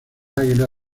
águila